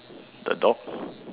the dog